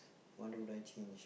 what would I change